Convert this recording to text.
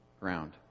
ground